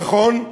נכון,